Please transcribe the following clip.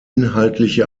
inhaltliche